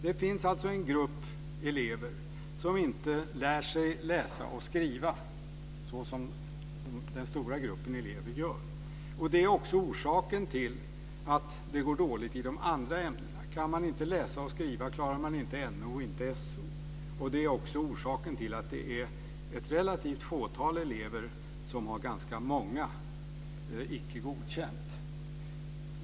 Det finns alltså en grupp elever som inte lär sig att läsa och skriva såsom den stora gruppen elever gör. Det är också orsaken till att det går dåligt i de andra ämnena. Kan man inte läsa och skriva, klarar man inte NO och SO. Det är också orsaken till att det är ett relativt fåtal elever som har ganska många Icke godkänd.